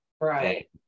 Right